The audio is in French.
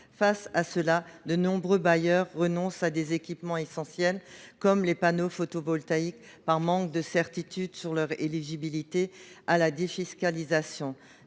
situation, de nombreux bailleurs renoncent à des équipements essentiels, comme les panneaux photovoltaïques, par manque de certitude quant à leur éligibilité à la défiscalisation.